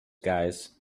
guys